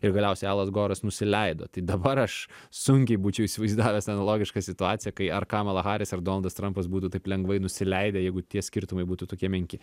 ir galiausiai alas goras nusileido tai dabar aš sunkiai būčiau įsivaizdavęs logišką situaciją kai ar kamala haris ar donaldas trampas būtų taip lengvai nusileidę jeigu tie skirtumai būtų tokie menki